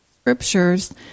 scriptures